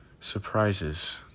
surprises